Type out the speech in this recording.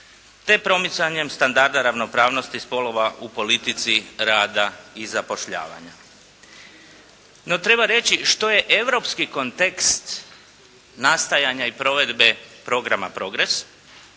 te promicanjem standarda ravnopravnosti spolova u politici rada i zapošljavanja. No, treba reći što je europski kontekst nastajanja i provedbe programa PROGRESS.